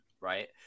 right